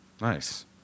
Nice